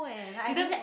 didn't